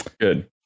Good